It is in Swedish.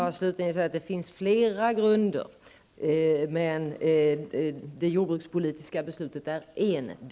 Fru talman! Det finns flera skäl, och det jordbrukspolitiska beslutet är ett.